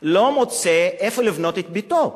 לא מוצא לבנות את ביתו,